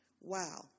Wow